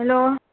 hello